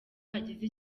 hagize